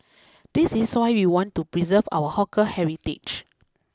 this is why we want to preserve our hawker heritage